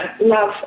love